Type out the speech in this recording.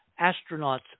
astronauts